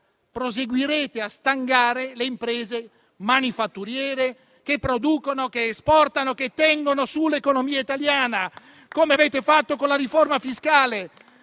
proseguirete a stangare le imprese manifatturiere che producono, che esportano, che tengono su l'economia italiana, come avete fatto con la riforma fiscale.